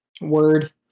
Word